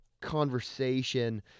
conversation